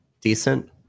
decent